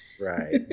Right